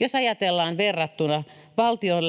ja jos verrataan valtion